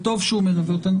וטוב שהוא מלווה אותנו.